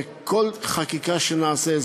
וכל חקיקה שנעשה,